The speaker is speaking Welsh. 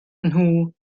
nhw